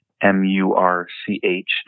M-U-R-C-H